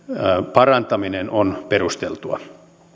parantaminen on perusteltua